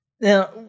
now